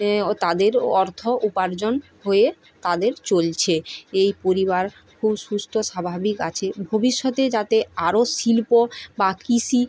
তাদের অর্থ উপার্জন হয়ে তাদের চলছে এই পরিবার খুব সুস্থ স্বাভাবিক আছে ভবিষ্যতে যাতে আরও শিল্প বা কৃষি